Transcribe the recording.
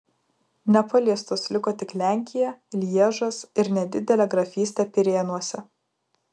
nepaliestos liko tik lenkija lježas ir nedidelė grafystė pirėnuose